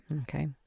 Okay